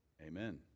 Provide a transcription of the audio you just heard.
Amen